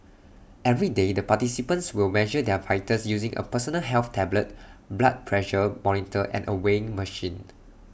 every day the participants will measure their vitals using A personal health tablet blood pressure monitor and A weighing machine